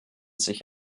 sich